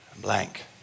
blank